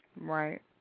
Right